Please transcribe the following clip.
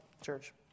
church